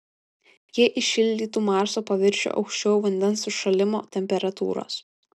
jie įšildytų marso paviršių aukščiau vandens užšalimo temperatūros